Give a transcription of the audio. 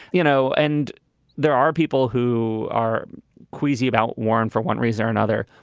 you know, and there are people who are queasy about warren for one reason or another.